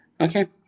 Okay